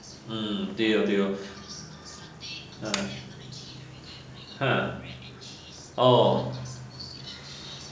mm dio dio ha !huh! oh